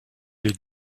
les